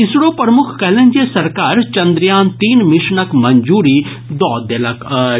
इसरो प्रमुख कहलनि जे सरकार चन्द्रयान तीन मिशनक मंजूरी दऽ देलक अछि